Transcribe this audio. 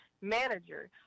Manager